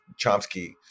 Chomsky